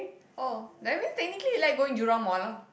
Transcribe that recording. oh that means technically I like going Jurong mall lah